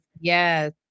yes